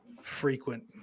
frequent